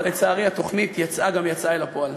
אבל לצערי התוכנית יצאה גם יצאה לפועל.